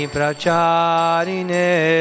Pracharine